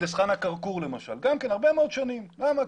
פרדס חנה-כרכור, למשל, גם כן הרבה מאוד שנים, למה?